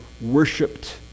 worshipped